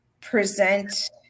present